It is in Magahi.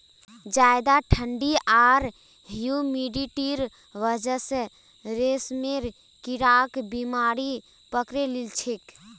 ज्यादा ठंडी आर ह्यूमिडिटीर वजह स रेशमेर कीड़ाक बीमारी पकड़े लिछेक